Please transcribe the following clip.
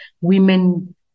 women